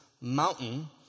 mountain